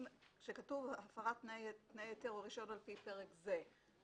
כאשר כתוב "הפרת תנאי היתר או רישיון על פי פרק זה",